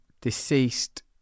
deceased